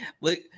look